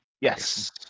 Yes